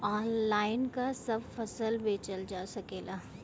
Online का सब फसल बेचल जा सकेला?